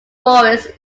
forests